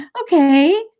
Okay